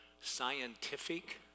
scientific